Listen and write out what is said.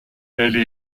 elle